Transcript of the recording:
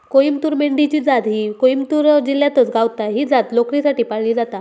कोईमतूर मेंढी ची जात ही कोईमतूर जिल्ह्यातच गावता, ही जात लोकरीसाठी पाळली जाता